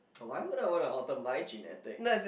why would I wanna alter my genetics